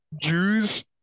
Jews